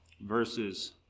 verses